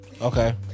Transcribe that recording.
okay